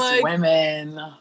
women